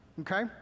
Okay